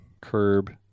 curb